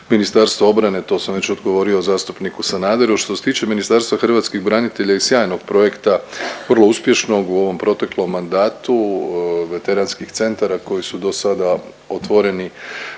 Ministarstva obrane to sam već odgovorio zastupniku Sanaderu. Što se tiče Ministarstva hrvatskih branitelja i sjajnog projekta, vrlo uspješnog u ovom proteklom mandatu veteranskih centara koji su dosada otvoreni